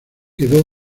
quedó